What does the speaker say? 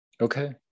Okay